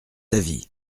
avis